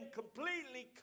completely